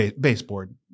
baseboard